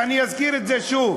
ואני אזכיר את זה שוב.